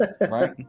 Right